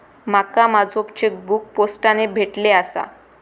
माका माझो चेकबुक पोस्टाने भेटले आसा